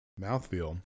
mouthfeel